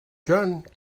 john